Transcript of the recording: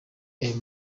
aya